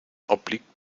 obliegt